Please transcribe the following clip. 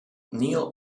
neil